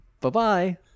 Bye-bye